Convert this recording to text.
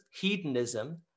hedonism